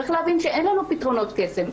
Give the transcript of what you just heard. צריך להבין שאין לנו פתרונות קסם.